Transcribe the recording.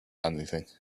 anything